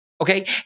Okay